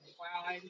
wow